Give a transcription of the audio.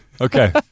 Okay